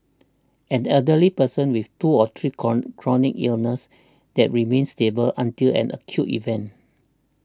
an elderly person with two or three chron chronic illnesses that remain stable until an acute event